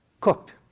Cooked